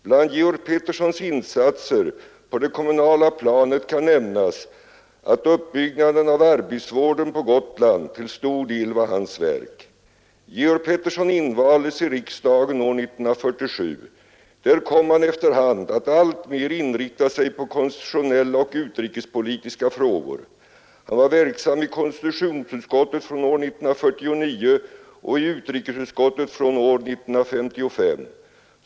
Bland Georg Petterssons insatser på det kommunala planet kan nämnas att uppbyggnaden av arbetsvården på Gotland till stor del var hans verk. Georg Pettersson invaldes i riksdagen år 1947. Där kom han efter hand att alltmer inrikta sig på konstitutionella och utrikespolitiska frågor. Han var verksam i konstitutionsutskottet från år 1949 och i utrikesutskottet från år 1955.